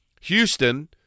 Houston